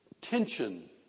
tension